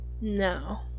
No